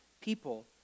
people